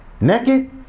Naked